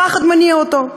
הפחד מניע אותו.